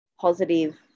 positive